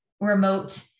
remote